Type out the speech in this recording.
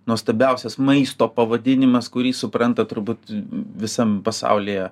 nuostabiausias maisto pavadinimas kurį supranta turbūt visam pasaulyje